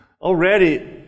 already